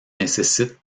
nécessite